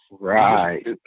Right